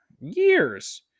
years